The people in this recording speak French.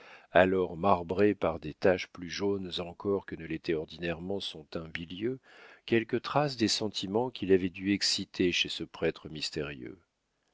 alors marbrée par des taches plus jaunes encore que ne l'était ordinairement son teint bilieux quelques traces des sentiments qu'il avait dû exciter chez ce prêtre mystérieux